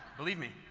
believe me.